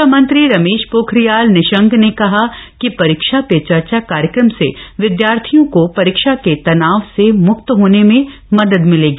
शिक्षामंत्री रमेश पोखरियाल निशंक ने कहा है कि परीक्षा पे चर्चा कार्यक्रम से विदयार्थियों को परीक्षा के तनाव से मुक्त होने में मदद मिलेगी